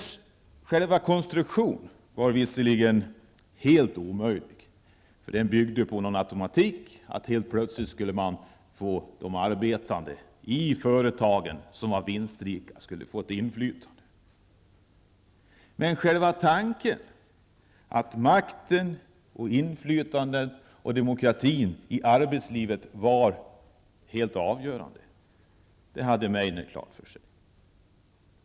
Själva den konstruktion som Meidner föreslog var visserligen helt omöjlig, för den byggde på en automatik -- att de arbetande i vinstrika företag helt plötsligt skulle få ett inflytande. Men att makten, inflytandet och demokratin i arbetslivet var helt avgörande, det hade Meidner klart för sig.